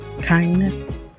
kindness